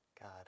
God